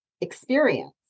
experience